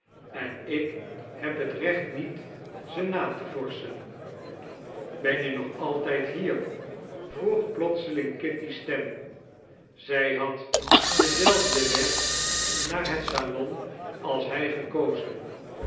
en ik heb het recht niet ze na te vorschen ben je nog altijd hier vroeg plotseling kitty's stem zij had denzelfden weg naar het salon als hij gekozen